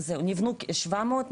נבנו 700,